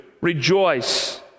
rejoice